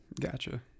Gotcha